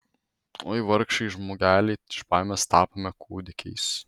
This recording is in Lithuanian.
oi vargšai žmogeliai iš baimės tapome kūdikiais